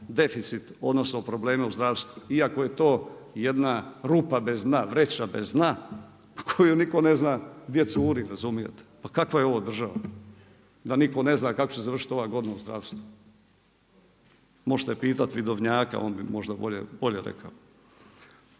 deficit, odnosno probleme u zdravstvu iako je to jedna rupa bez dna, vreća bez dna za koju nitko ne zna gdje curi, razumijete. Pa kakva je ovo država da nitko ne zna kako će završiti ova godina u zdravstvu? Možete pitati vidovnjaka, on bi možda bolje rekao.